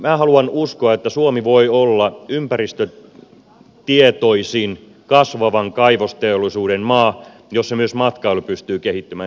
minä haluan uskoa että suomi voi olla ympäristötietoisin kasvavan kaivosteollisuuden maa jossa myös matkailu pystyy kehittymään